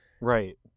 Right